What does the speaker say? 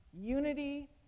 Unity